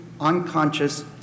unconscious